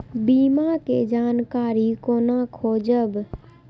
बीमा के जानकारी कोना खोजब?